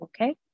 okay